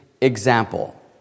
Example